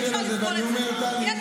באמת, אי-אפשר לסבול את זה.